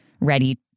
ready